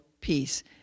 peace